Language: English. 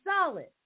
solid